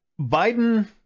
biden